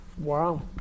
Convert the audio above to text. Wow